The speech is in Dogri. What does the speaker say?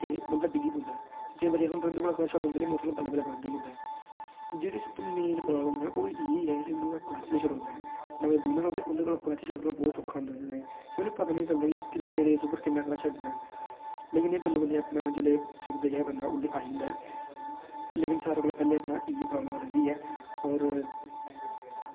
ते मतलब डि'ग्गी पौंदा ऐ ते केईं बारी ऐसा होंदा कि मोटरसैकल उंदे कोला बंद होई जंदा ऐ ते सब तूं मेन प्रॉब्लम एह् ऐ की इंदे कोला क्लच निं छुड़कदा ऐ ते इंदे कोला क्लच छड्डना बहुत औखा होंदा ऐ की उनेंगी पता निं चलदा की किन्नी रेस पर किन्ना क्लच छड्डना ऐ लेकिन एह् बल्लें बल्लें अपना एह् सिखदा आई जंदा ऐ पर सारें कोला पैह्लें इयै प्रॉब्लम होंदी ऐ होर